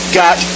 got